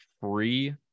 free